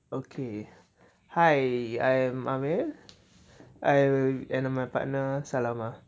okay hi I'm amir I a~ and my partner salamah